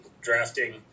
drafting